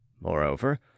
Moreover